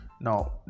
Now